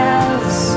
else